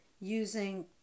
using